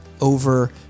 over